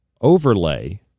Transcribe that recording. overlay